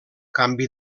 canvi